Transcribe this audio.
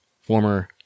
former